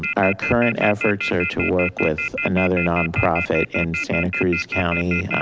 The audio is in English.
our current efforts are to work with another nonprofit in santa cruz county,